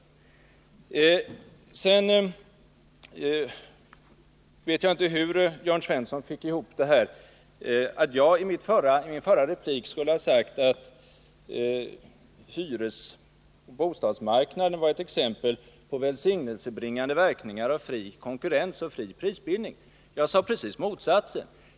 Sedan vet jag inte hur Jörn Svensson fick ihop det. Han sade att jag i min förra replik skulle ha sagt att hyresoch bostadsmarknaden var ett exempel på välsignelsebringande verkningar av fri konkurrens och fri prisbildning. Jag sade precis tvärtom.